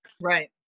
Right